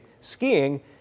skiing